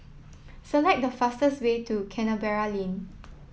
select the fastest way to Canberra Lane